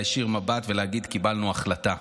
להישיר מבט ולהגיד 'קיבלנו החלטה'.